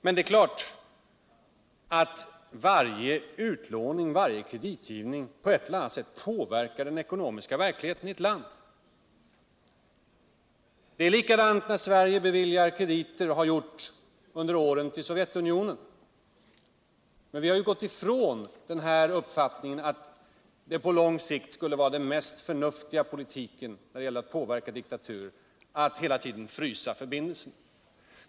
Men det är klart att varje utlåning, varje kreditgivning på ett eller annat sätt päverkar den ekonomiska verkligheten i ett land. Det är likadant när Sverige beviljar krediter och har gjort det under många år till Sovjetunionen. Vi har därvid gått ifrån uppfattningen att det på lång sikt skulle vara den mest förnuftiga politiken när det gäller att påverka diktaturer att hela tiden frysa förbindelserna.